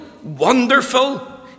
Wonderful